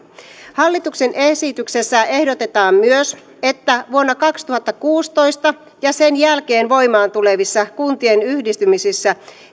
hallituksen esityksessä ehdotetaan myös että vuonna kaksituhattakuusitoista ja sen jälkeen voimaan tulevissa kuntien yhdistymisissä